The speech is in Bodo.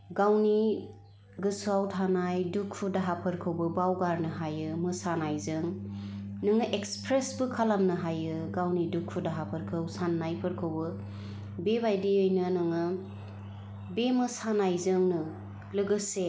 गावनि गोसो आव थानाय दुखु दाहाफोरखौबो बावगारनो हायो मोसानायजों नोङो एखसफ्रेसबो खालामनो हायो गावनि दुखु दाहाफोरखौ साननायफोरखौबो बे बादियैनो नोङो बे मोसानायजोंनो लोगोसे